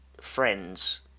Friends